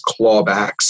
clawbacks